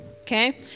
Okay